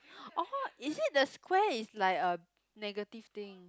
oh is it the square is like a negative thing